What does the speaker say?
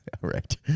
right